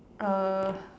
uh